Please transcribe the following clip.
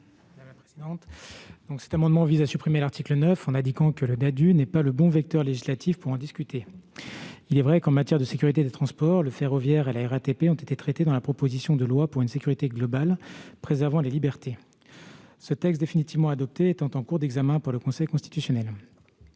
de la commission ? Cet amendement vise à supprimer l'article 9, au motif que ce texte n'est pas le bon vecteur législatif pour en discuter. Il est vrai que, en matière de sécurité des transports, le ferroviaire et la RATP ont été traités dans la proposition de loi pour une sécurité globale préservant les libertés, un texte définitivement adopté et en cours d'examen par le Conseil constitutionnel.